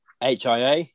HIA